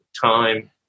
time